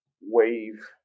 wave